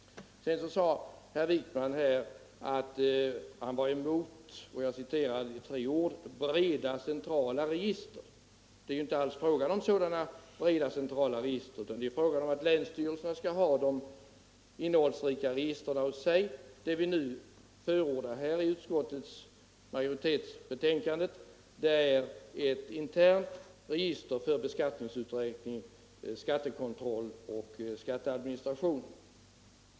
Vidare sade herr Wijkman att han var emot ”breda, centrala register”. Det är ju inte alls fråga om sådana breda centrala register, utan det är fråga om länsstyrelserna skall ha de innehållsrika registren hos sig. Vad utskottets majoritet förordar är ett internt register för beskattningsuträkning, skattekontroll och skatteadministration.